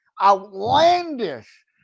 outlandish